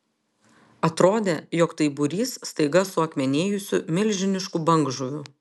atrodė jog tai būrys staiga suakmenėjusių milžiniškų bangžuvių